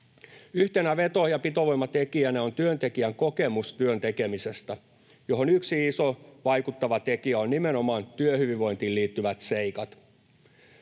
Yhtenä veto- ja pitovoimatekijänä on työntekijän kokemus työn tekemisestä, johon yksi iso vaikuttava tekijä on nimenomaan työhyvinvointiin liittyvät seikat.